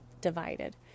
divided